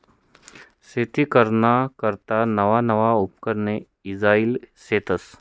शेती कराना करता नवा नवा उपकरणे ईजायेल शेतस